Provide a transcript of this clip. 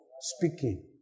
Speaking